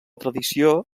tradició